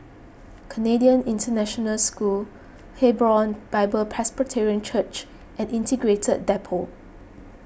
Canadian International School Hebron Bible Presbyterian Church and Integrated Depot